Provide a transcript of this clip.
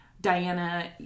Diana